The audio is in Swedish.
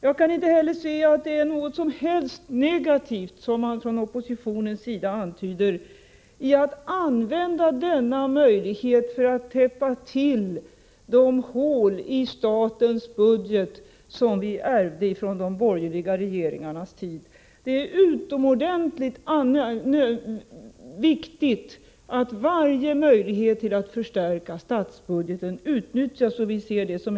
Jag kan inte heller se att det ligger något som helst negativt, vilket man från oppositionen antyder, i att använda denna möjlighet för att täppa till de hål i statens budget som vi ärvde från de borgerliga regeringarna. Det är utomordentligt viktigt att varje möjlighet att förstärka statsbudgeten utnyttjas.